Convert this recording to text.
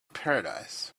paradise